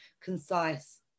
concise